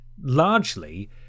largely